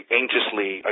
anxiously